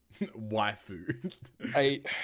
waifu